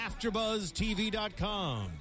AfterBuzzTV.com